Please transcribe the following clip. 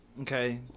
Okay